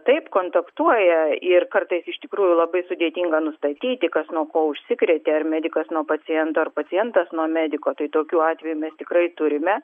taip kontaktuoja ir kartais iš tikrųjų labai sudėtinga nustatyti kas nuo ko užsikrėtė ar medikas nuo paciento ar pacientas nuo mediko tai tokiu atveju mes tikrai turime